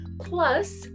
plus